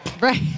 Right